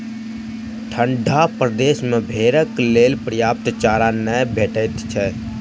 ठंढा प्रदेश मे भेंड़क लेल पर्याप्त चारा नै भेटैत छै